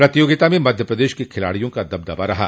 प्रतियोगिता में मध्य प्रदेश के खिलाड़ियों का दबदबा रहा